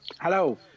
Hello